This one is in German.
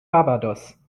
barbados